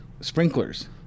sprinklers